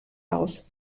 aus